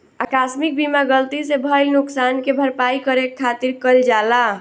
आकस्मिक बीमा गलती से भईल नुकशान के भरपाई करे खातिर कईल जाला